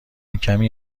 کمی